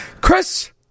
Chris